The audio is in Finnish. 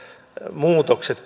muutokset